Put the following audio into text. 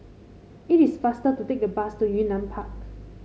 it is faster to take the bus to Yunnan Park